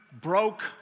broke